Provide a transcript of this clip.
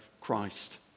Christ